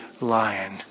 lion